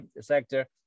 sector